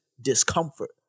discomfort